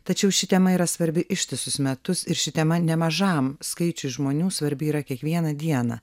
tačiau ši tema yra svarbi ištisus metus ir ši tema nemažam skaičiui žmonių svarbi yra kiekvieną dieną